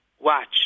Watch